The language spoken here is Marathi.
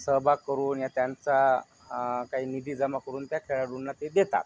सहभाग करून या त्यांचा काही निधी जमा करून त्या खेळाडूंना ते देतात